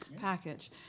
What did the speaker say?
package